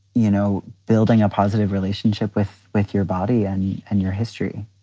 you know, building a positive relationship with with your body and and your history.